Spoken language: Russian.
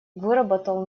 выработал